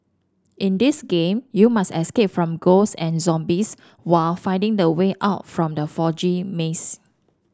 in this game you must escape from ghost and zombies while finding the way out from the foggy maze